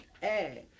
Hey